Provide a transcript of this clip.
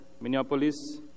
Minneapolis